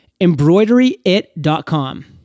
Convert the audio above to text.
embroideryit.com